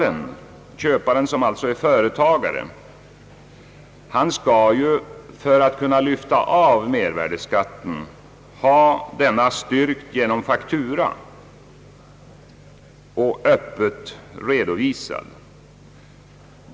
En köpare, som är företagare, skall ju för att kunna lyfta av mervärdeskatten ha denna styrkt genom faktura och öppet redovisad.